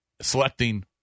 selecting